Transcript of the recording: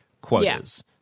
quotas